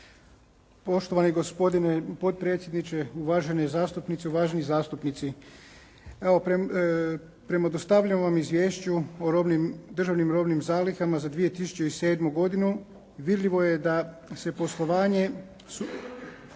Poštovani gospodine potpredsjedniče, uvažene zastupnice, uvaženi zastupnici. Evo prema dostavljenom izvješću o robnim, državnim robnim zalihama za 2007. godinu vidljivo je da se poslovanje